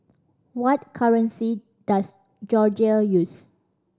what currency does Georgia use